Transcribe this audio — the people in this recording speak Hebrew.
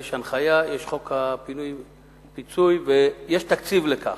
יש הנחיה, יש חוק פינוי-פיצוי ויש תקציב לכך.